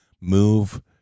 move